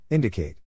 Indicate